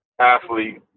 athlete